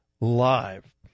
Live